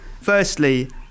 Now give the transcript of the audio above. firstly